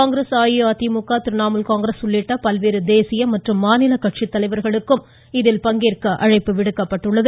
காங்கிரஸ் அஇஅதிமுக திரிணாமுல் காங்கிரஸ் உள்ளிட்ட பல்வேறு தேசிய மற்றும் மாநில கட்சித் தலைவர்களுக்கும் இதில் பங்கேற்க அழைப்பு விடுக்கப்பட்டுள்ளது